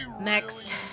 Next